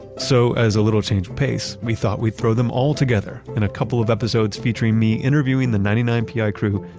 so as a little change of pace, we thought we'd throw them all together in a couple of episodes featuring me interviewing the ninety nine pi crew,